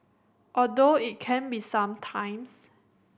although it can be some times